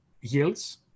yields